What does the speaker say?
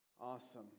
Awesome